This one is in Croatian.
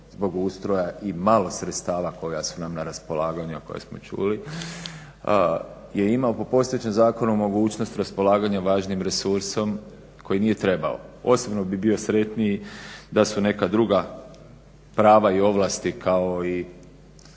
zbog ustroja i malo sredstava koja su nam na raspolaganju, a koja smo čuli je imao po postojećem zakonu mogućnost raspolaganja važnim resursom koji nije trebao. Osobno bih bio sretniji da su neka druga prava i ovlasti kao i